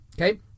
Okay